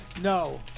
No